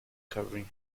covering